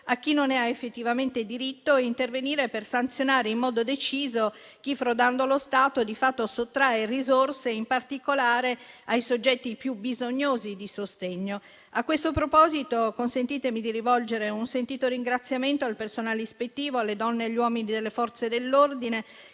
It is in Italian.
a chi non ne ha effettivamente diritto e intervenire per sanzionare in modo deciso chi, frodando lo Stato, di fatto sottrae risorse in particolare ai soggetti più bisognosi di sostegno. A questo proposito, consentitemi di rivolgere un sentito ringraziamento al personale ispettivo, alle donne e agli uomini delle Forze dell'ordine